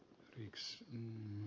yksi m m